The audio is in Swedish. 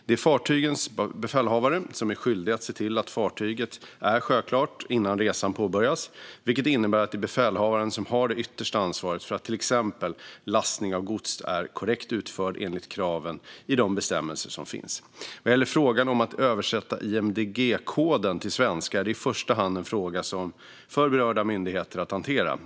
Det är fartygets befälhavare som är skyldig att se till att fartyget är sjöklart innan resan påbörjas, vilket innebär att det är befälhavaren som har det yttersta ansvaret för att till exempel lastning av gods är korrekt utförd enligt kraven i de bestämmelser som finns. Vad gäller frågan om att översätta IMDG-koden till svenska är det i första hand en fråga för berörda myndigheter att hantera.